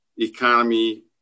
economy